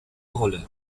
rolle